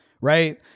Right